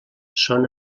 són